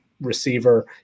receiver